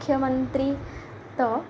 ମୁଖ୍ୟମନ୍ତ୍ରୀ ତ